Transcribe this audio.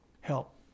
help